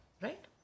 Right